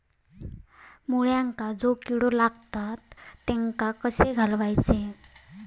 मुळ्यांका जो किडे लागतात तेनका कशे घालवचे?